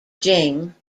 jing